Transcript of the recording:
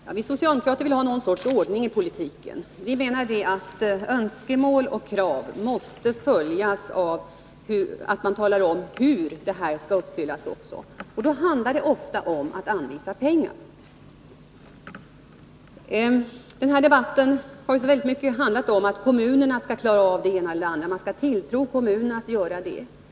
Fru talman! Vi socialdemokrater vill ha någon sorts ordning i politiken. Vi menar att önskemål och krav måste följas av att man talar om hur de skall uppfyllas, och då handlar det ofta om att anvisa pengar. Debatten här i dag har väldigt mycket handlat om att kommunerna skall klara av det ena eller det andra. Man skall tilltro kommunerna att göra det, har det sagts.